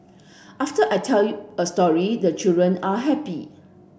after I tell you a story the children are happy